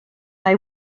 mae